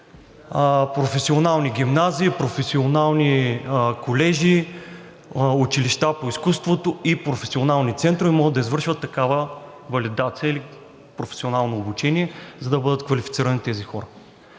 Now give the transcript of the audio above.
професионални гимназии, професионални колежи, училища по изкуството и професионални центрове могат да извършват такава валидация или професионално обучение, за да бъдат квалифицирани тези хора.